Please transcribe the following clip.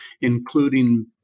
including